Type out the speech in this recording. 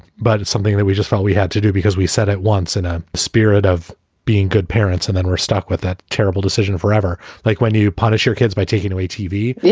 but it's something that we just felt we had to do because we said it once in a spirit of being good parents and then we're stuck with that terrible decision forever. like when you punish your kids by taking the atv,